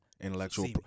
Intellectual